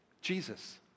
Jesus